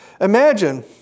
Imagine